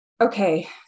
Okay